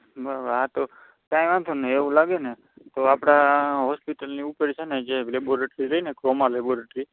બરાબર આ તો કાંઈ વાંધો નહીં એવું લાગે ને તો આપણાં હૉસ્પિટલની ઉપર છે ને જે લૅબોરેટરી રહીને ક્રોમા લૅબોરેટરી